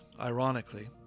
ironically